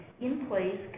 in-place